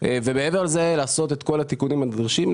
את כל התיקונים הנדרשים,